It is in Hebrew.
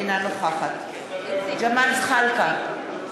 אינה נוכחת ג'מאל זחאלקה,